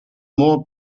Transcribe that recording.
more